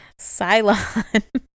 Cylon